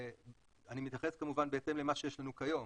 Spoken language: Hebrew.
אני מתייחס כמובן בהתאם למה שיש לנו כיום,